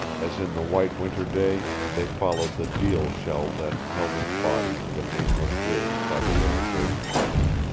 as in the white winter day they followed the deal shell that held his body to the nameless grave by the little gray church.